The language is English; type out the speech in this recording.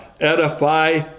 Edify